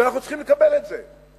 ואנחנו צריכים לקבל את זה.